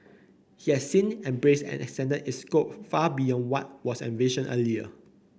he has since embraced and extended its scope far beyond what was envisioned earlier